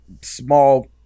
small